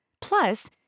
Plus